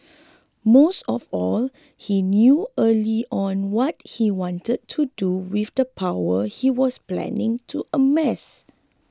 most of all he knew early on what he wanted to do with the power he was planning to amass